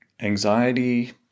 Anxiety